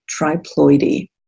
triploidy